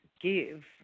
give